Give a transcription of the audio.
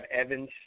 Evans